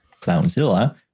Clownzilla